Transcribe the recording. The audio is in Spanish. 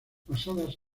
basadas